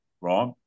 right